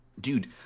Dude